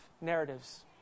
narratives